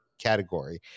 category